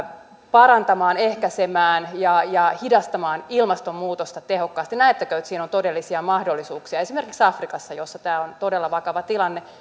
parantamaan ehkäisemään ja ja hidastamaan ilmastonmuutosta tehokkaasti näettekö että siinä on todellisia mahdollisuuksia esimerkiksi afrikassa missä on todella vakava tilanne